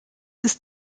ist